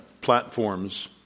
platforms